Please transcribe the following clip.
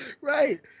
Right